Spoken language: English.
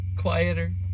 quieter